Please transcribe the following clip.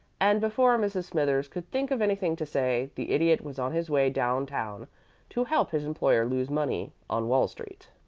and before mrs. smithers could think of anything to say, the idiot was on his way down town to help his employer lose money on wall street.